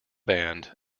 band